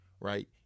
right